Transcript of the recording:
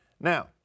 Now